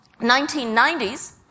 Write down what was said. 1990s